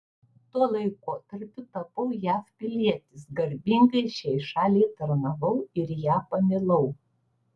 tuo laikotarpiu tapau jav pilietis garbingai šiai šaliai tarnavau ir ją pamilau